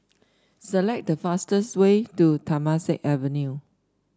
select the fastest way to Temasek Avenue